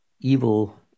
evil